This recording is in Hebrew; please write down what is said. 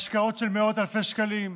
השקעות של מאות אלפי שקלים,